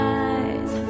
eyes